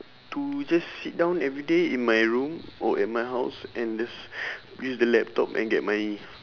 to just sit down everyday in my room or at my house and just use the laptop and get money